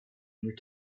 near